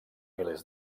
milers